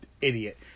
Idiot